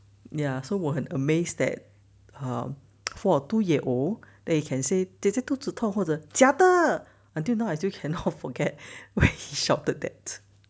ya so 我很 amazed that um for two year old that he can say 姐姐肚子痛或者假的 until now I still cannot forget when he shouted that